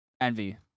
Envy